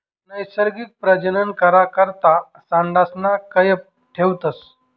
नैसर्गिक प्रजनन करा करता सांडसना कयप ठेवतस